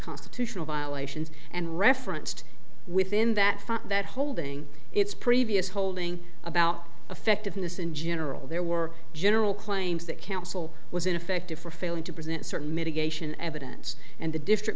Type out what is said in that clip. constitutional violations and referenced within that fact that holding its previous holding about effectiveness in general there were general claims that counsel was ineffective for failing to present certain mitigation evidence and the district